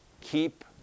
keep